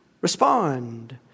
respond